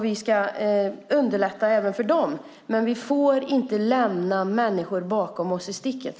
Vi ska underlätta även för dem, men vi får inte lämna människor i sticket.